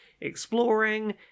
exploring